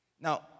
Now